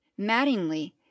Mattingly